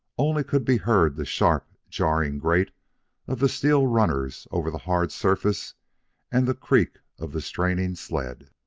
only could be heard the sharp, jarring grate of the steel runners over the hard surface and the creak of the straining sled.